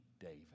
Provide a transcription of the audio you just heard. David